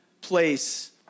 place